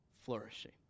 flourishing